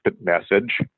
message